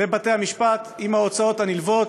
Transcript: לא ייאלצו לכתת את רגליהם לבתי-המשפט עם ההוצאות הנלוות,